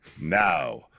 Now